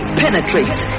penetrates